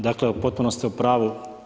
Dakle u potpunosti ste u pravu.